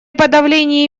подавлении